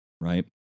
right